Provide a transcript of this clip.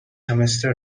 همستر